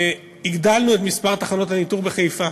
הגדלנו את מספר תחנות הניטור בחיפה.